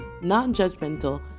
non-judgmental